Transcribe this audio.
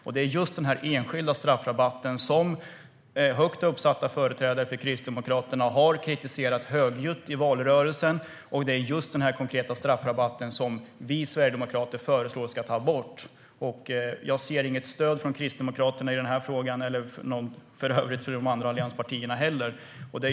Och det är just den enskilda straffrabatten som högt uppsatta företrädare för Kristdemokraterna har kritiserat högljutt i valrörelsen, och det är just den konkreta straffrabatten som vi sverigedemokrater föreslår ska tas bort. Jag ser inget stöd från Kristdemokraterna i den här frågan och inte heller något stöd från de andra allianspartierna.